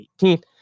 18th